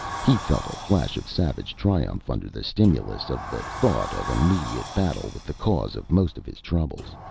he felt a flash of savage triumph under the stimulus of the thought of immediate battle with the cause of most of his troubles.